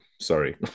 Sorry